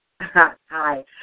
Hi